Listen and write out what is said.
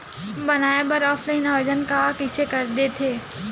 बनाये बर ऑफलाइन आवेदन का कइसे दे थे?